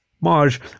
Marge